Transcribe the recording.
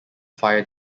fire